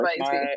spicy